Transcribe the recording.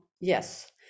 yes